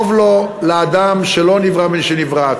טוב לו לאדם שלא נברא משנברא.